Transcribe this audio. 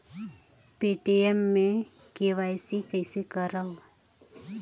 Paytm मे KYC कइसे करव?